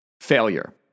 failure